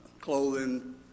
clothing